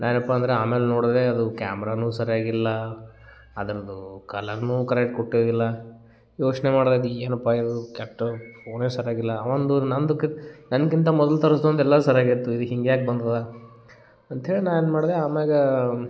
ನಾನು ಏನಪ್ಪ ಅಂದ್ರೆ ಆಮೇಲೆ ನೋಡಿದೆ ಅದು ಕ್ಯಾಮ್ರವೂ ಸರಿಯಾಗಿಲ್ಲ ಅದರದು ಕಲರನ್ನೂ ಕರೆಕ್ಟ್ ಕೊಟ್ಟೇ ಇಲ್ಲ ಯೋಚನೆ ಮಾಡ್ದಾಗ ಏನಪ್ಪ ಇದು ಕೆಟ್ಟೋ ಫೋನೇ ಸರಿಯಾಗಿಲ್ಲ ಅವನದು ನಂದುಕ ನನ್ಗಿಂತ ಮೊದ್ಲು ತರಸ್ದವ್ನ್ದು ಎಲ್ಲ ಸರಿಯಾಗೇ ಇತ್ತು ಇದು ಹಿಂಗ್ಯಾಗೆ ಬಂದದೆ ಅಂತ ಹೇಳಿ ನಾನೇನು ಮಾಡಿದೆ ಆಮ್ಯಾಲ